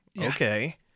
okay